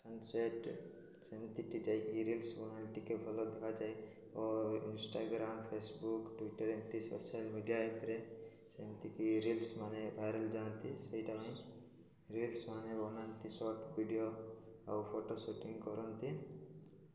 ସନ୍ set ସେମିତି ଟ ଯାଇକି ରିଲ୍ସ ବନ ଟିକେ ଭଲ ଦେଖାଯାଏ ଓ ଇନଷ୍ଟାଗ୍ରାମ୍ ଫେସବୁକ୍ ଟୁଇଟର୍ ଏମିତି ସୋସିଆଲ୍ ମିଡ଼ିଆ ଆପ୍ର ସେମିତିକି ରିଲ୍ସ ମାନ ଭାଇରାଲ୍ ଯାଆନ୍ତି ସେଇଟା ପାଇଁ ରିଲ୍ସ ମାନ ବନାନ୍ତି ସର୍ଟ ଭିଡ଼ିଓ ଆଉ ଫଟୋ ସୁଟିଙ୍ଗ କରନ୍ତି